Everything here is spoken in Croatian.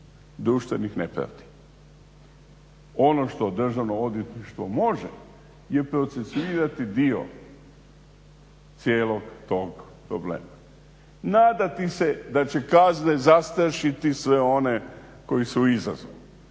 društvenih nepravdi. Ono što Državno odvjetništvo može je procesuirati dio cijelog tog problema. Nadati se da će kazne zastrašiti sve one koji su izazov.